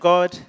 God